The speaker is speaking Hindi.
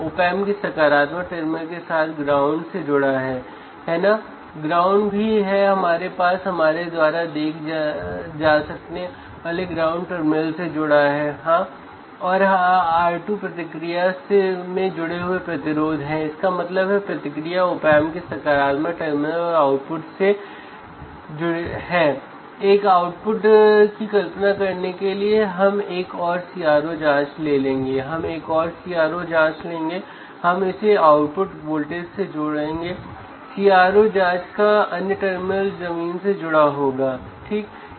ऑपरेशन एम्पलीफायर सर्किट में बायस वोल्टेज लागू करने के लिए मत भूलना